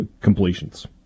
completions